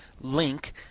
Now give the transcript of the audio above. link